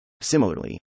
Similarly